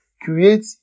create